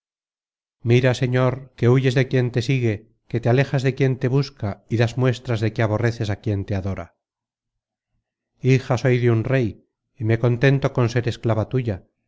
mira señor que huyes de quien te sigue que te alejas de quien te busca y das muestras de que aborreces á quien te adora hija soy de un rey y me contento con ser esclava tuya